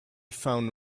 found